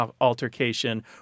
altercation